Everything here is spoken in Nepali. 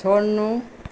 छोड्नु